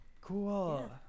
Cool